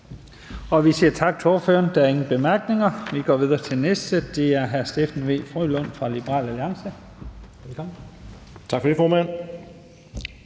Vi siger tak til ordføreren. Der er ingen korte bemærkninger. Vi går videre til den næste, og det er hr. Steffen W. Frølund fra Liberal Alliance. Velkommen. Kl. 12:18 (Ordfører)